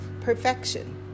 perfection